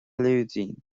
lúidín